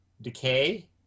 decay